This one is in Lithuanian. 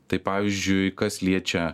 tai pavyzdžiui kas liečia